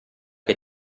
che